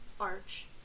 arch